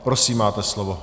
Prosím, máte slovo.